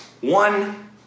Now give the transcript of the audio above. one